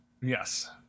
Yes